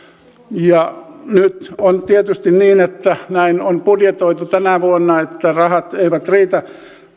ja nyt on tietysti niin että näin on budjetoitu tänä vuonna että rahat eivät riitä